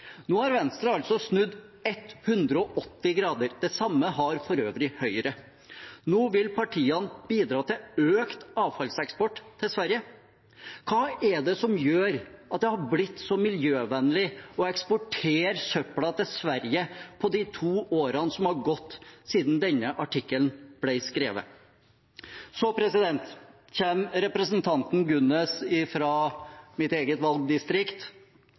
Nå har Venstre snudd 180 grader. Det samme har for øvrig Høyre gjort. Nå vil partiene bidra til økt avfallseksport til Sverige. Hva er det som gjør at det har blitt så miljøvennlig å eksportere søpla til Sverige på de to årene som har gått siden denne artikkelen ble skrevet? Så kommer representanten Gunnes, fra mitt eget valgdistrikt,